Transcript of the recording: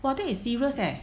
!wah! that is serious leh